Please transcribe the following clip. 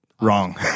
wrong